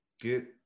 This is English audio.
get